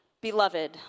Beloved